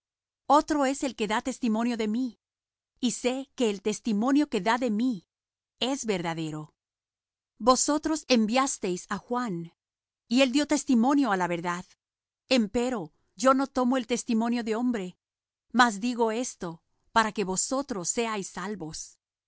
otro es el que da testimonio de mí y sé que el testimonio que da de mí es verdadero vosotros enviasteis á juan y él dió testimonio á la verdad empero yo no tomo el testimonio de hombre mas digo esto para que vosotros seáis salvos